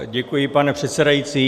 Děkuji, pane předsedající.